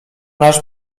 nasz